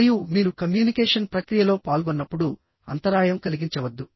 మరియు మీరు కమ్యూనికేషన్ ప్రక్రియలో పాల్గొన్నప్పుడు అంతరాయం కలిగించవద్దు